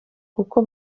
kuko